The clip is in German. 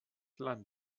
land